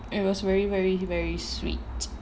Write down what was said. it was very very very sweet